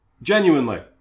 Genuinely